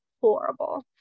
horrible